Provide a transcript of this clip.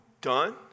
done